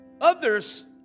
Others